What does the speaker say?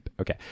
Okay